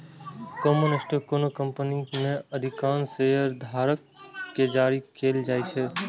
common stock कोनो company मे अधिकांश शेयरधारक कें जारी कैल जाइ छै